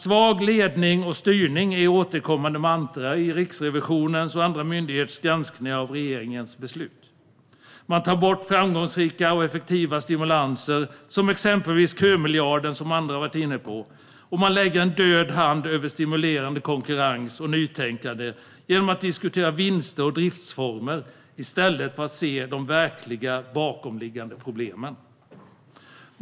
Svag ledning och styrning är ett återkommande mantra i Riksrevisionens och andra myndigheters granskning av regeringens beslut. Man tar bort framgångsrika och effektiva stimulanser, exempelvis kömiljarden, som andra har varit inne på. Man lägger en död hand över stimulerande konkurrens och nytänkande genom att diskutera vinster och driftsformer i stället för att se de verkliga bakomliggande problemen.